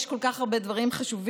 יש כל כך הרבה דברים חשובים,